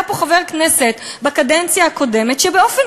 היה פה חבר כנסת בקדנציה הקודמת שבאופן